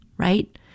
Right